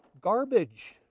Garbage